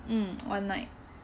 mm one night